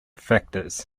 factors